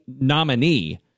nominee